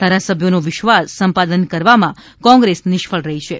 ધારાસભ્યોનો વિશ્વાસ સંપાદન કરવામાં કોંગ્રેસ નિષ્ફળ રહી છે